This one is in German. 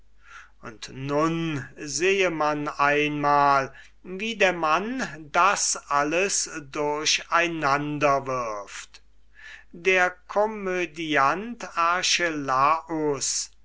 und nun sehe man einmal wie der mann das alles durch einander wirft der komödiant archelaus